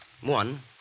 One